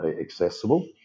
accessible